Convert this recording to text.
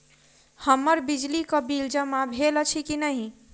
हम्मर बिजली कऽ बिल जमा भेल अछि की नहि?